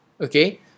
Okay